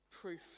proof